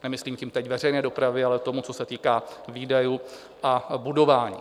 Nemyslím tím teď veřejné dopravy, ale toho, co se týká výdajů a budování.